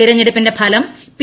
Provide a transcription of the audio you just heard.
തിരഞ്ഞെടുപ്പിന്റെ ഫലം പി